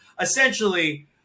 Essentially